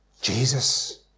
Jesus